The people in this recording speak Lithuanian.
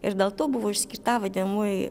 ir dėl to buvo išskirta vadimoji